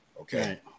Okay